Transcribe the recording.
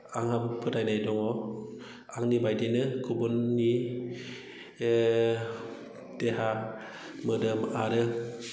आंहा फोथायनाय दङ आंनि बायदिनो गुबुननि देहा मोदोम आरो